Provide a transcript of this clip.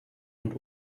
und